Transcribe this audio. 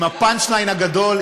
עם ה-punch line הגדול,